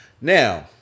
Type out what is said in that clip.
Now